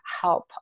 help